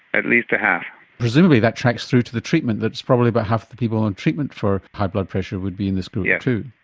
at least a half. presumably that tracks through to the treatment that's probably about half the people on treatment for high blood pressure would be in this group yeah too.